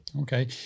Okay